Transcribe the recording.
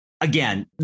again